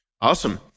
Awesome